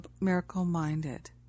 miracle-minded